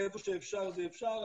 איפה שאפשר זה אפשר.